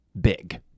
big